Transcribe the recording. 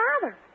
father